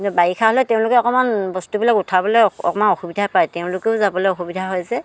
বাৰিষা হ'লে তেওঁলোকে অকণমান বস্তুবিলাক উঠাবলৈ অকণমান অসুবিধা পায় তেওঁলোকেও যাবলৈ অসুবিধা হয় যে